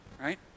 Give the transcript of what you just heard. right